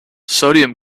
sodium